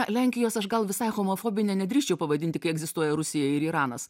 lenkijos aš gal visai homofobine nedrįsčiau pavadinti kai egzistuoja rusija ir iranas